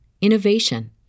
innovation